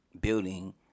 building